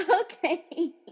Okay